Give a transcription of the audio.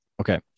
Okay